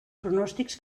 pronòstics